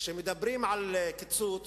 כשמדברים על קיצוץ,